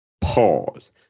Pause